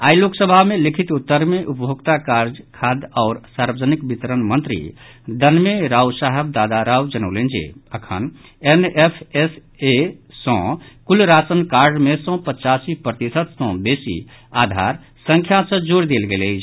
आइ लोकसभा मे लिखित उत्तर मे उपभोक्ता कार्य खाद्य आओर सार्वजनिक वितरण मंत्री दनवे रावसाहेब दादाराव जनौलनि जे अखन एन एफ एस ए सॅ कुल राशन कार्ड मे सॅ पचासी प्रतिशत सॅ बेसी आधार संख्या सॅ जोड़ि देल गेल अछि